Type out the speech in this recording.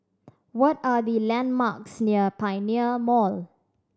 what are the landmarks near Pioneer Mall